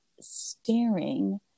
staring